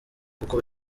kuko